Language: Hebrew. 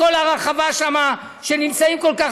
ואם זה מזכיר לנו